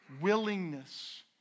willingness